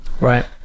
Right